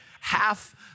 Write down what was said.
half